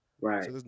Right